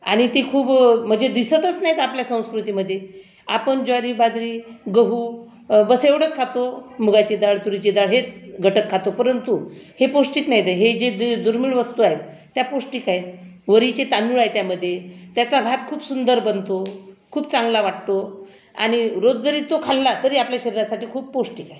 आणि ती खूप म्हणजे दिसतच नाही आपल्या संस्कृतीमध्ये आपण ज्वारी बाजरी गहू बस्स एवढंच खातो मुगाची डाळ तुरीची डाळ हेच घटक खातो परंतु हे पौष्टिक नाहीत हे जे दुर्मीळ वस्तू आहेत त्या पौष्टिक आहेत वरीचे तांदूळ आहे त्याच्यामध्ये त्याचा भात खूप सुंदर बनतो खूप चांगला वाटतो आणि रोज जरी तो खाल्ला तरी आपल्या शरीरासाठी खूप पौष्टिक आहे